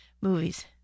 movies